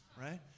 right